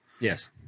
Yes